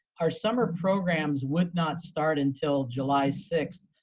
our summer programs would not start until july sixth,